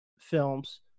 films